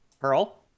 pearl